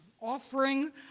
offering